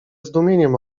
zdumieniem